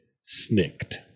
Snicked